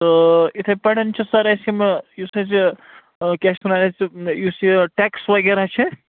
تہٕ یِتھَے پٲٹھۍ چھِ سر اَسہِ یِمہٕ یُس اَسہِ کیٛاہ چھِ یَتھ وَنان سُہ یُس یہِ ٹیٚکٕس وغیرہ چھِ